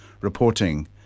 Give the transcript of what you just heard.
reporting